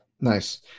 Nice